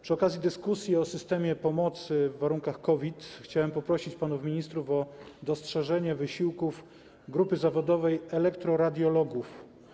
Przy okazji dyskusji o systemie pomocy w warunkach COVID-u chciałem poprosić panów ministrów o dostrzeżenie wysiłków grupy zawodowej elektroradiologów.